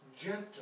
gentle